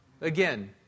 Again